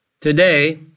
Today